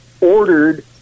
ordered